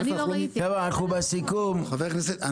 חבר הכנסת,